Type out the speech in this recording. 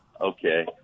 Okay